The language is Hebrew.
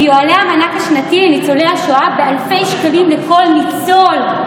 ויועלה המענק השנתי לניצולי השואה באלפי שקלים לכל ניצול.